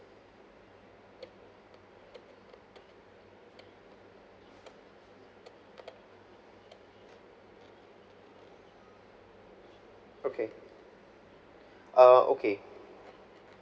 okay err okay